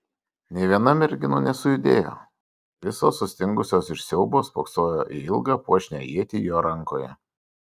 nė viena merginų nesujudėjo visos sustingusios iš siaubo spoksojo į ilgą puošnią ietį jo rankoje